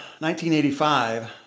1985